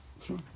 Sure